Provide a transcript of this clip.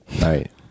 Right